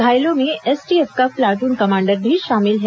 घायलों में एसटीएफ का प्लाटून कमांडर भी शामिल है